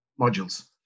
modules